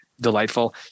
delightful